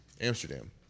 Amsterdam